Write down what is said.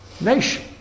nation